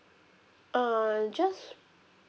uh just